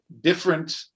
different